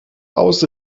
aus